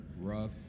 rough